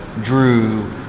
Drew